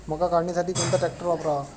मका काढणीसाठी कोणता ट्रॅक्टर वापरावा?